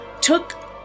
took